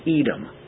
Edom